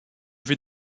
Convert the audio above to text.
vais